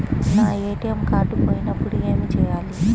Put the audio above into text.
నా ATM card పోయినప్పుడు ఏమి చేయాలి?